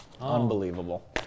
unbelievable